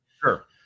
Sure